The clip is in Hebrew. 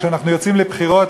כשאנחנו יוצאים לבחירות,